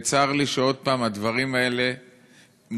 וצר לי שעוד פעם הדברים האלה מוכוונים